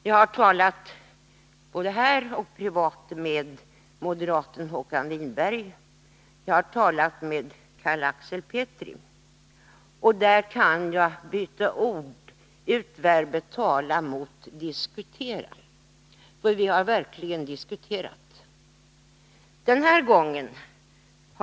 Jag har talat med moderaten Håkan Winberg, jag har talat med Carl Axel Petri. Och jag kan byta ut verbet tala mot diskutera, för vi har verkligen diskuterat.